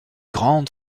grande